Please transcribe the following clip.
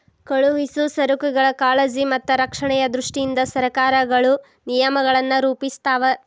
ಕಳುಹಿಸೊ ಸರಕುಗಳ ಕಾಳಜಿ ಮತ್ತ ರಕ್ಷಣೆಯ ದೃಷ್ಟಿಯಿಂದ ಸರಕಾರಗಳು ನಿಯಮಗಳನ್ನ ರೂಪಿಸ್ತಾವ